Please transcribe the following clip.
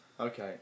Okay